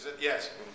yes